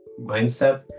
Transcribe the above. mindset